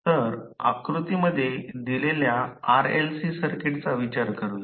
तर आकृतीमध्ये दिलेल्या RLC सर्किटचा विचार करूया